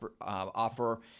offer